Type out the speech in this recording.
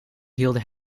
hielden